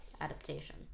adaptation